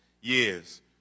years